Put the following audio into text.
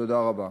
תודה רבה.